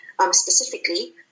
specifically